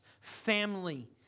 family